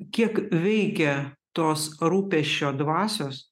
kiek veikia tos rūpesčio dvasios